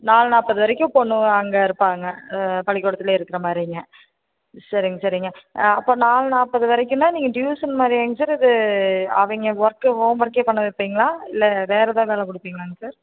நாலு நாற்பது வரைக்கும் பொண்ணு அங்கே இருப்பாங்க பள்ளிக்கூடத்துல இருக்குறமாதிரிங்க சரிங்க சரிங்க அப்போ நாலு நாற்பது வரைக்கும்ன்னா நீங்கள் டியூசன் மாதிரியாங்க சார் இது அவைங்க ஒர்க்கு ஹோம் ஒர்க்கே பண்ண வைப்பீங்களா இல்லை வேறு எதாவது வேலை கொடுப்பீங்களா சார்